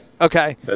Okay